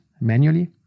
manually